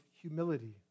Humility